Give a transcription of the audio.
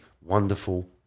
wonderful